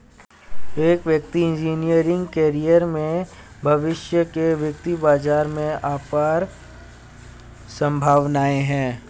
एक वित्तीय engineering career में भविष्य के वित्तीय बाजार में अपार संभावनाएं हैं